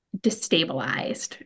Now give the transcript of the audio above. destabilized